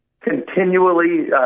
continually